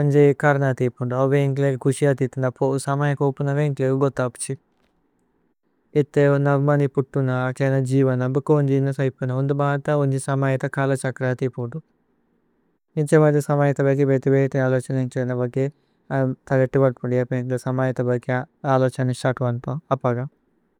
ഉന്ജി കരന। അതിപുന്ദു ഔവേ ഏന്കേലേഗേ കുശി അതിതിന്ദ സമയ। പോപുന ഏന്കേലേഗേ ഗോഥ അപ്ഛി ഇഥേ നന്മനി। പുത്തുന കേന ജീവന ബുഖ ഉന്ജി ഇനസഹിപുന। ഉന്ദു മാഥ ഉന്ജി സമയേത കാല ഛക്ര അതിപുന്ദു। ഏന്ഛ മാഥ സമയേത ബഗി ബേതേ ബേതേ അലഛനേ। ഏന്കേലേ ന ബഗി ഥലേത്ത വഥുമുദി അപേ ഏന്കേലേ। സമയേത ബഗി അലഛനേ സതു വഥുമുന്ദു അപഗമ്।